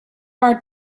are